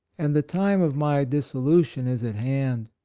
and the time of my dissolution is at hand.